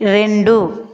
రెండు